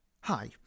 hi